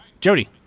Jody